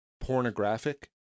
pornographic